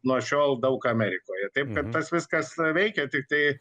nuo šiol daug amerikoje taip kad tas viskas veikia tik tai